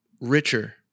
richer